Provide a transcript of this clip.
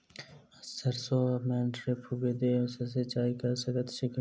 सैरसो मे ड्रिप विधि सँ सिंचाई कऽ सकैत छी की?